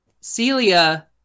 Celia